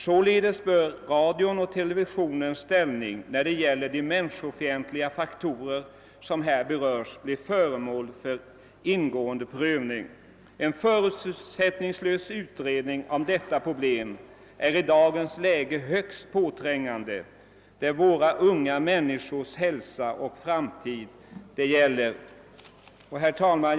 Således bör radions och televisionens ställning, när det gäller de människofientliga faktorer som här berörs, bli föremål för ingående prövning. detta problem är i dagens läge högst påträngande. Det är våra unga människors hälsa och framtid det gäller.» Herr talman!